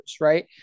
right